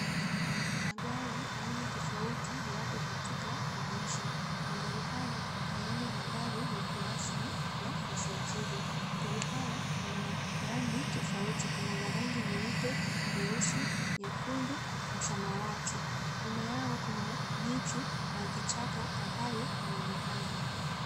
Magari aina tofauti yako katika onyesho. Magari haya hayana nambari ya kirasmi ya usajili. Magari haya ina rangi tofauti. Kuna za rangi nyeupe, nyeusi, nyekundu na samawati. Nyuma yao kuna miti la kichaka ambayo inaonekana.